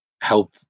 help